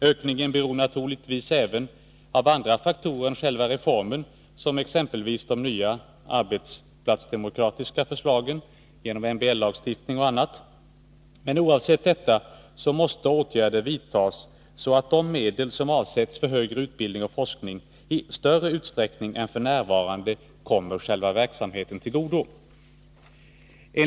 Ökningen beror naturligtvis även av andra faktorer än själva reformen, som exempelvis den nya arbetsplatsdemokratin genom MBL-lagstiftning och annat, men oavsett detta måste åtgärder vidtas, så att de medel som avsätts för högre utbildning och forskning i större utsträckning än f. n. kommer själva verksamheten till godo.